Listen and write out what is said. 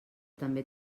també